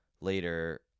later